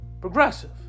progressive